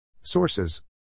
Sources